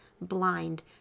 blind